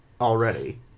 already